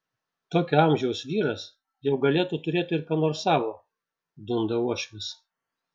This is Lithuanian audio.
tokio amžiaus vyras jau galėtų turėti ir ką nors savo dunda uošvis